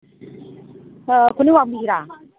ꯑꯥ ꯈꯨꯅꯤꯡ ꯋꯥꯡꯕꯤꯁꯤꯔꯥ